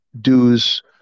dues